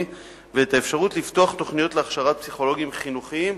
ואת האפשרות לפתוח תוכניות להכשרת פסיכולוגים חינוכיים